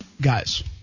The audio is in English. guys